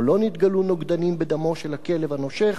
או לא נתגלו נוגדנים בדמו של הכלב הנושך,